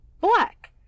black